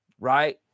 right